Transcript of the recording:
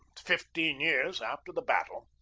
fifteen years after the battle,